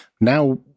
now